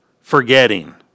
Forgetting